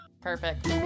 Perfect